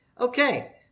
Okay